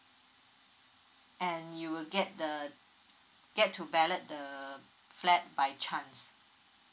and you will get the get to ballot the flat by chance